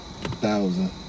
thousand